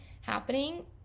happening